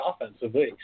offensively